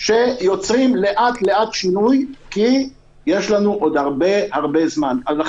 שיוצרים לאט-לאט שינוי כי יש לנו עוד הרבה הרבה זמן להתמודד.